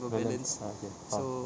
(uh huh) ah okay ah